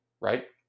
right